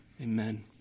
Amen